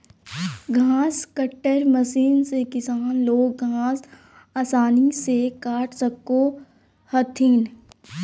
घास cutter machine से किसान लोग घास आसानी से काट सको हथिन